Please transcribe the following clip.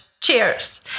cheers